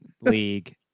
league